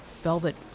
velvet